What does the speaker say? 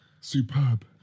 Superb